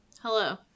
Hello